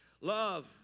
Love